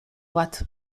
bat